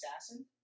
assassin